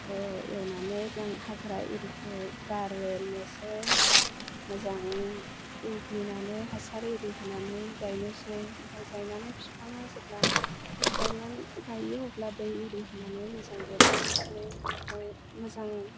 एवनानै जों हाग्रा एरिखौ गारनोसै मोजां एवग्लिनानै हासार एरि होनानै गायनोसै ओमफ्राय गायनानै बिफाङा जेब्ला गायना गायो अब्ला दै एरि होनानै मोजां देरहोनोसै ओमफ्राय मोजां